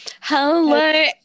Hello